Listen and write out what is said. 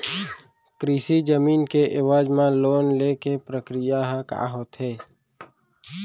कृषि जमीन के एवज म लोन ले के प्रक्रिया ह का होथे?